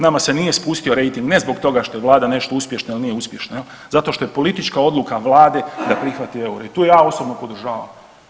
Nama se nije spustio rejting ne zbog toga što je vlada uspješna ili nije uspješna, zato što je politička odluka Vlade da prihvati euro i tu je ja osobno podržavam.